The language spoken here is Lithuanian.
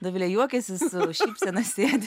dovilė juokiasi su šypsena sėdi